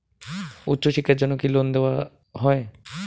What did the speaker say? উচ্চশিক্ষার জন্য কি লোন দেওয়া হয়?